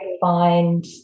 find